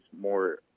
more